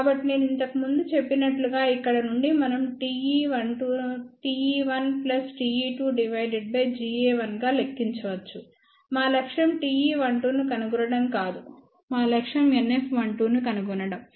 కాబట్టినేను ఇంతకు ముందు చెప్పినట్లుగా ఇక్కడ నుండి మనం Te12ను Te1 plus Te2 divided by Ga1గా లెక్కించవచ్చు మా లక్ష్యం Te12 ను కనుగొనడం కాదు మా లక్ష్యం NF12 ను కనుగొనడం